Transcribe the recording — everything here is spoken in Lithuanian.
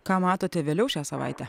ką matote vėliau šią savaitę